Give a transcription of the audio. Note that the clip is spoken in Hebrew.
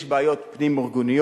יש בעיות פנים-ארגוניות,